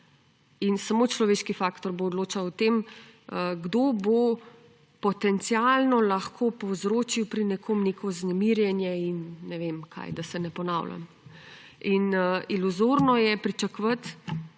in samo človeški faktor bo odločal o tem, kdo bo potencialno lahko povzročil pri nekom neko vznemirjenje in ne vem kaj, da se ne ponavljam. Iluzorno je pričakovati